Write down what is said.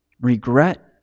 regret